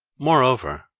moreover,